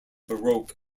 baroque